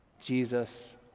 Jesus